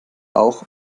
auch